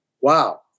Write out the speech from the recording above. Wow